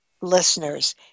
listeners